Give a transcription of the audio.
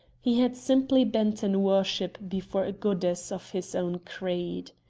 he had simply bent in worship before a goddess of his own creed.